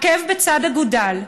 עקב בצד אגודל.